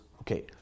okay